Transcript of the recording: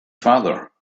farther